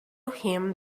him